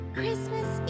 christmas